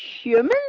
human